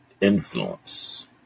influence